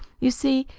you see,